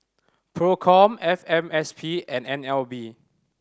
Procom F M S P and N L B